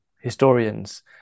historians